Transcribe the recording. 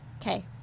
Okay